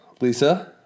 Lisa